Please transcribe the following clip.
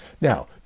Now